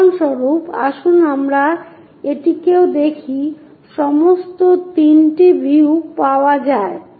উদাহরণস্বরূপ আসুন আমরা এটিকেও দেখি সমস্ত 3 টি ভিউ পাওয়া যায়